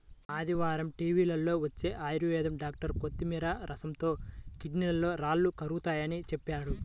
ఆదివారం టీవీలో వచ్చే ఆయుర్వేదం డాక్టర్ కొత్తిమీర రసంతో కిడ్నీలో రాళ్లు కరుగతాయని చెప్పాడు